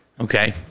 Okay